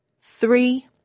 three